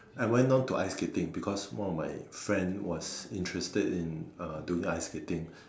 I went on to ice skating because one of my friend was interested in uh doing ice skating